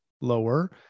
lower